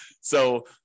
So-